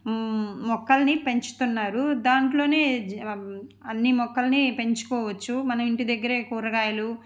మొక్కలని పెంచుతున్నారు దాంట్లోనే అన్ని మొక్కల్ని పెంచుకోవచ్చు మన ఇంటి దగ్గరే కూరగాయలు